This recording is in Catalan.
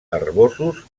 herbosos